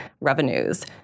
revenues